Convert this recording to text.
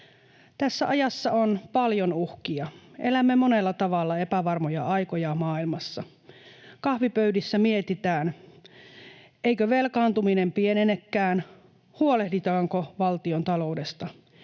Tässä ajassa on paljon uhkia, elämme monella tavalla epävarmoja aikoja maailmassa. Kahvipöydissä mietitään, eikö velkaantuminen pienenekään, huolehditaanko valtiontaloudesta.